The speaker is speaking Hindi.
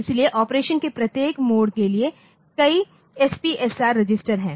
इसलिए ऑपरेशन के प्रत्येक मोड के लिए कई एसपीएसआर रजिस्टर हैं